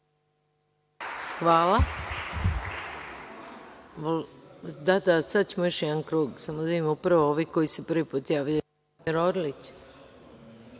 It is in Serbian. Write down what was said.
Hvala